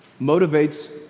motivates